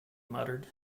muttered